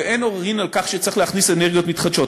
ואין עוררין על כך שצריך להכניס אנרגיות מתחדשות.